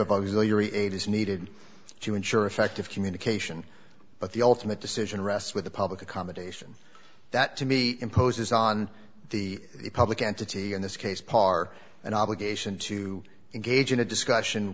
of auxiliary aid is needed to ensure effective communication but the ultimate decision rests with the public accommodation that to me imposes on the public entity in this case par an obligation to engage in a discussion